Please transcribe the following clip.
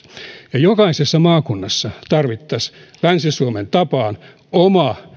jokaisessa maakunnassa tarvittaisiin länsi suomen tapaan oma